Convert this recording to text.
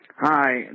Hi